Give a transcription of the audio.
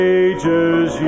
ages